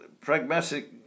pragmatic